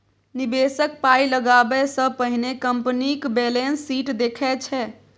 निबेशक पाइ लगाबै सँ पहिने कंपनीक बैलेंस शीट देखै छै